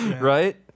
right